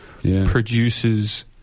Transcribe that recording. produces